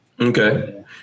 Okay